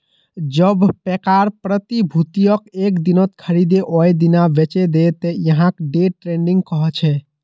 जब पैकार प्रतिभूतियक एक दिनत खरीदे वेय दिना बेचे दे त यहाक डे ट्रेडिंग कह छे